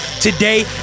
today